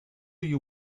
you